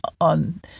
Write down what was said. on